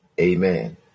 Amen